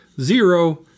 zero